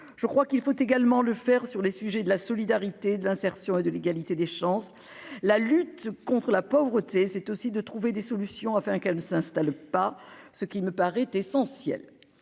je crois qu'il faut également le faire sur les sujets de la solidarité de l'insertion et de l'égalité des chances, la lutte contre la pauvreté, c'est aussi de trouver des solutions afin qu'elle ne s'installe pas ce qui me paraît essentiel